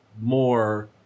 more